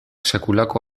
sekulako